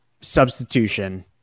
substitution